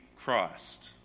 Christ